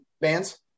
bands